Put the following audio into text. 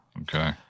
Okay